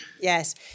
Yes